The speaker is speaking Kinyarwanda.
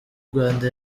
rwanda